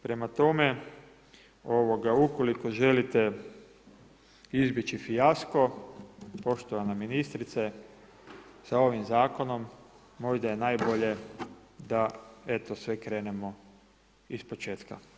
Prema tome, ukoliko želite izbjeći fijasko poštovana ministrice sa ovim zakonom možda je najbolje da eto sve krenemo ispočetka.